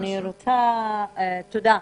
תודה.